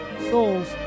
souls